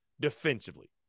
defensively